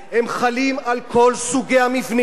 הם חלים על כל סוגי המבנים,